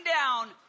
down